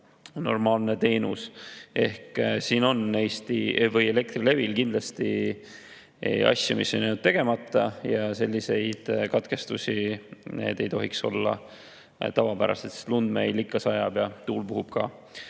normaalne teenus. Ehk siin on Elektrilevil kindlasti jäänud asju tegemata. Sellised katkestused ei tohiks olla tavapärased, sest lund meil ikka sajab ja tuul puhub ka.